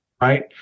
right